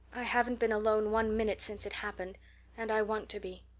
i haven't been alone one minute since it happened and i want to be.